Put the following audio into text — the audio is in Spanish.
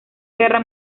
guerra